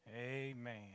amen